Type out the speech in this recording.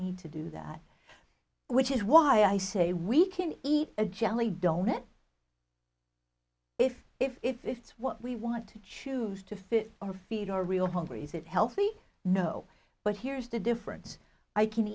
need to do that which is why i say we can eat a jelly donut if if it's what we want to choose to fit or feed or real hunger is it healthy no but here's the difference i can